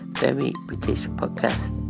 verybritishpodcast